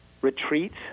retreats